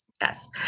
Yes